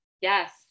Yes